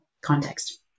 context